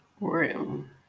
room